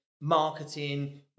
marketing